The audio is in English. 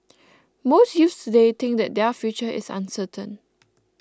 most youths today think that their future is uncertain